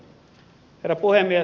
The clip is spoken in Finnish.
herra puhemies